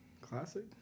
Classic